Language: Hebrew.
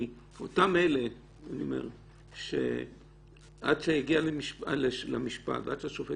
כי אותם אלה שעד שזה הגיע למשפט ועד שהשופט